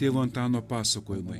tėvo antano pasakojimai